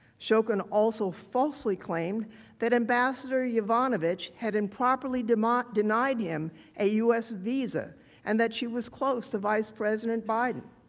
so also falsely claimed that ambassador yovanovitch had improperly denied denied him a u s. visa and that she was close to vice president biden.